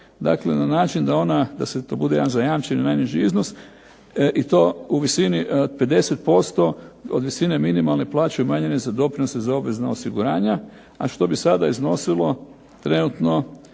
dakle na način da ona, da to bude jedan zajamčeni najniži iznos, i to u visini 50% od visine minimalne plaće umanjene za doprinose za obvezna osiguranja, a što bi sada iznosilo trenutno